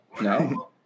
no